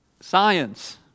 science